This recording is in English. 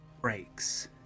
breaks